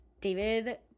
david